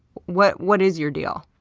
what what is your deal?